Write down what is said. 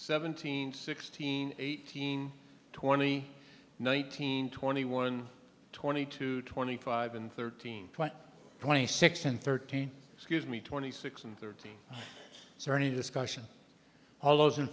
seventeen sixteen eighteen twenty nineteen twenty one twenty two twenty five and thirteen twenty six and thirteen excuse me twenty six and thirteen so any discussion all those in